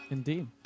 Indeed